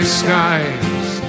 skies